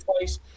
twice